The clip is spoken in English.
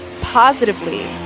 positively